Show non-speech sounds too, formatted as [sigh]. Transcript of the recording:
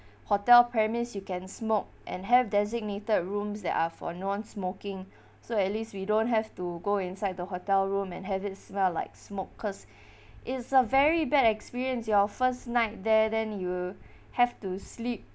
hotel premise you can smoke and have designated rooms that are for non-smoking so at least we don't have to go inside the hotel room and have it smell like smoke cause [breath] is a very bad experience your first night there then you have to sleep